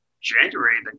January